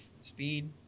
speed